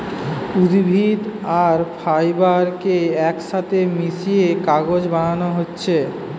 উদ্ভিদ আর ফাইবার কে একসাথে মিশিয়ে কাগজ বানানা হচ্ছে